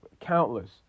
Countless